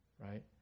right